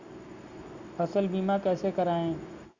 फसल बीमा कैसे कराएँ?